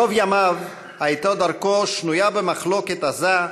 רוב ימיו הייתה דרכו שנויה במחלוקת עזה,